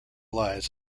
lies